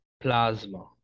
plasma